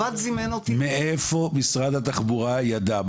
מאיפה משרד התחבורה ידע?